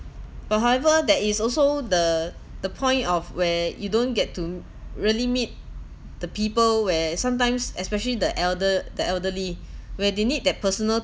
but however that is also the the point of where you don't get to really meet the people where sometimes especially the elder the elderly where they need that personal